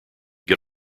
get